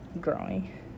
Growing